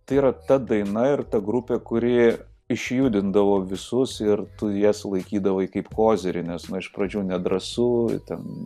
tai yra ta daina ir ta grupė kuri išjudindavo visus ir tu jas laikydavai kaip kozirį nes na iš pradžių nedrąsu ten